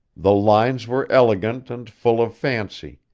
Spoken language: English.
the lines were elegant and full of fancy,